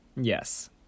Yes